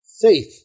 faith